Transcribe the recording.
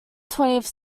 twentieth